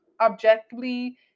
objectively